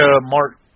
Mark